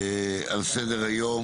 סדר-היום: